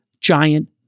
giant